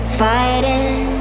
fighting